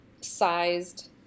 sized